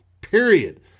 Period